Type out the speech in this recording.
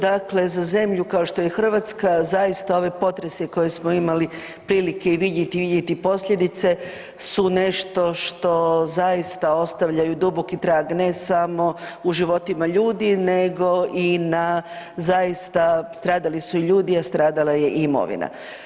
Dakle, za zemlju kao što je Hrvatska zaista ove potrese koje smo imali prilike i vidjeti i vidjeti posljedice su nešto što zaista ostavljaju duboki trag ne samo u životima ljudi nego i na zaista stradali su i ljudi, a stradala je i imovina.